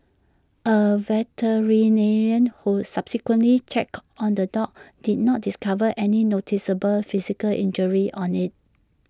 A veterinarian who subsequently checked on the dog did not discover any noticeable physical injuries on IT